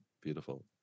beautiful